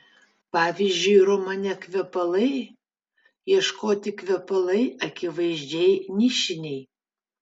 pavyzdžiui romane kvepalai ieškoti kvepalai akivaizdžiai nišiniai